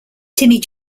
timmy